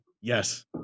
yes